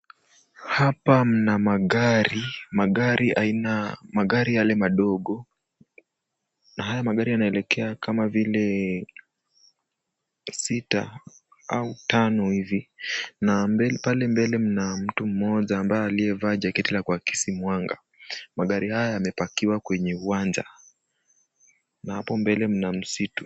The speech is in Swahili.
Hapa mna magari, magari yale madogo na haya magari yanaelekea kama vile sita au tano hivi na pale mbele mna mtu mmoja ambaye aliyevaa jaketi la kuakisi mwanga. Magari haya yamepakiwa kwenye uwanja na hapo mbele mna msitu.